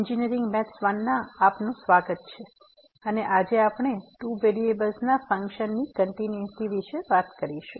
એન્જિનિયરિંગના ગણિત 1 માં આપનું સ્વાગત છે અને આજે આપણે 2 વેરીએબલ્સના ફંકશન્સના કંટીન્યુટી વિશે વાત કરીશું